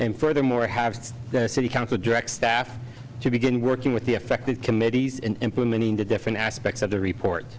and furthermore have the city council direct staff to begin working with the affected committees in implementing the different aspects of the report